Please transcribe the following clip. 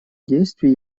действий